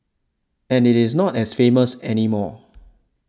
and it is not as famous anymore